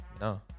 No